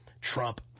Trump